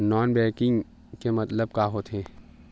Non banking के मतलब का होथे?